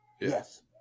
Yes